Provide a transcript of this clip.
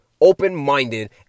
open-minded